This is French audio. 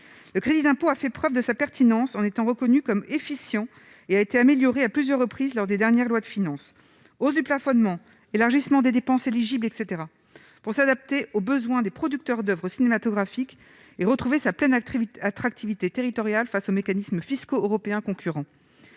le crédit d'impôt, a fait preuve de sa pertinence en étant reconnu comme efficient et a été amélioré à plusieurs reprises lors des dernières lois de finances, hausse du plafonnement, élargissement des dépenses éligibles, etc, pour s'adapter aux besoins des producteurs d'Oeuvres cinématographiques et retrouver sa pleine activité attractivité territoriale face aux mécanismes fiscaux européens concurrents